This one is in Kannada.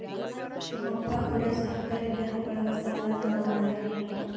ನಮ್ ಅಪ್ಪ ಕೂಡ ಸಹಕಾರಿ ಬ್ಯಾಂಕ್ ಒಳಗ ಸಾಲ ತಗೊಂಡಾರ